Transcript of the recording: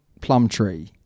Plumtree